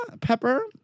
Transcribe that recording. pepper